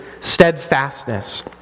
steadfastness